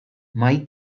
mahai